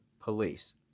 police